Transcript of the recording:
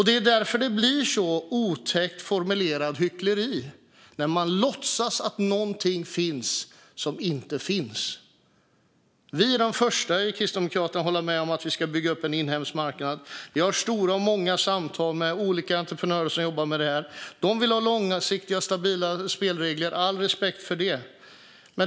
Det är därför det blir ett sådant otäckt formulerat hyckleri när man låtsas att det finns någonting som inte finns. Vi i Kristdemokraterna är de första att hålla med om att Sverige ska bygga upp en inhemsk marknad. Vi har stora och många samtal med olika entreprenörer som jobbar med det här. De vill ha långsiktiga och stabila spelregler, och jag har all respekt för det.